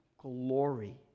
glory